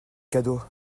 cadeau